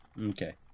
Okay